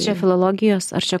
čia filologijos ar čia